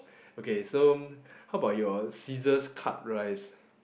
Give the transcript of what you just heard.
okay so how about your scissors cut rice